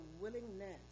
willingness